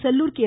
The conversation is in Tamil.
செல்லூர் கே